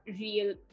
real